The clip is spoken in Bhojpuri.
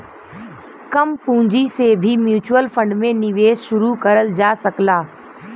कम पूंजी से भी म्यूच्यूअल फण्ड में निवेश शुरू करल जा सकला